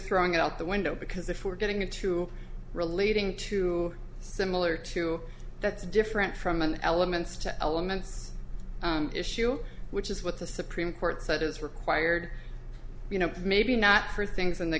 throwing it out the window because if we're going to true relating to similar to that's different from an elements to elements issue which is what the supreme court said is required you know maybe not for things in the